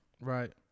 right